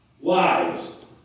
lies